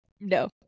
no